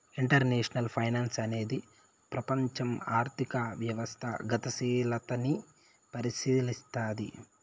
international finance అనేది ప్రపంచం ఆర్థిక వ్యవస్థ గతిశీలతని పరిశీలస్తది